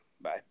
Bye